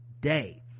day